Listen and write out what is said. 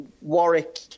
Warwick